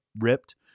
ripped